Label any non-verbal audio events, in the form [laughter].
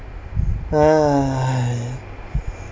[noise]